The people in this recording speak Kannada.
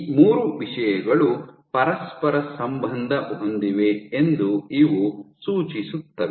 ಈ ಮೂರು ವಿಷಯಗಳು ಪರಸ್ಪರ ಸಂಬಂಧ ಹೊಂದಿವೆ ಎಂದು ಇವು ಸೂಚಿಸುತ್ತವೆ